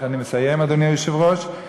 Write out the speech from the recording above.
אני מסיים, אדוני היושב-ראש.